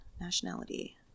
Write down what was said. nationality